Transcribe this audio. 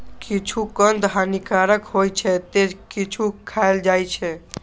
किछु कंद हानिकारक होइ छै, ते किछु खायल जाइ छै